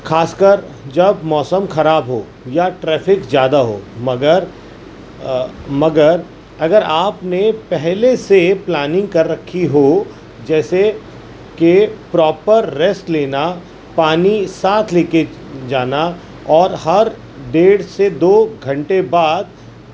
خاص کر جب موسم خراب ہو یا ٹریفک زیادہ ہو مگر مگر اگر آپ نے پہلے سے پلاننگ کر رکھی ہو جیسے کہ پراپر ریسٹ لینا پانی ساتھ لے کے جانا اور ہر ڈیڑھ سے دو گھنٹے بعد